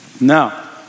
Now